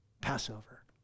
Passover